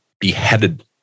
beheaded